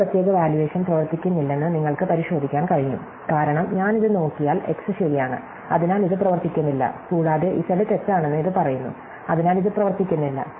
ഈ പ്രത്യേക വാല്യുവേഷൻ പ്രവർത്തിക്കുന്നില്ലെന്ന് നിങ്ങൾക്ക് പരിശോധിക്കാൻ കഴിയും കാരണം ഞാൻ ഇത് നോക്കിയാൽ x ശരിയാണ് അതിനാൽ ഇത് പ്രവർത്തിക്കുന്നില്ല കൂടാതെ z തെറ്റാണെന്ന് ഇത് പറയുന്നു അതിനാൽ ഇത് പ്രവർത്തിക്കുന്നില്ല